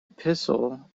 epistle